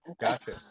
Gotcha